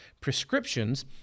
prescriptions